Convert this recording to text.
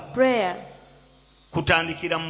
prayer